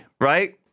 Right